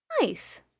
Nice